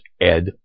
Ed